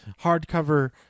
hardcover